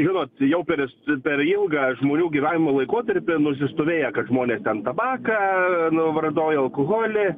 žinot jau persv per ilgą žmonių gyvenimo laikotarpį nusistovėję kad žmonės ten tabaką nu vartojo alkoholį